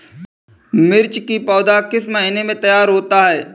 मिर्च की पौधा किस महीने में तैयार होता है?